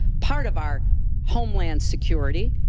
part of our homeland security.